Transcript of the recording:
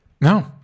No